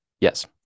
yes